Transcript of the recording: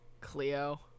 Cleo